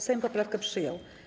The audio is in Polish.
Sejm poprawkę przyjął.